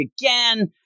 again